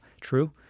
true